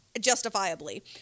justifiably